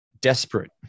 desperate